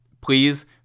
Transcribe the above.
Please